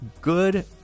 Good